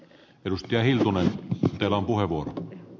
edustaja ei ole vielä kuivua